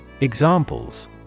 Examples